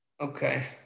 Okay